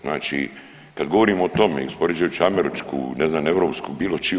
Znači kad govorimo o tome i uspoređujući američku, ne znam europsku, bilo čiju.